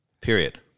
Period